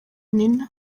nina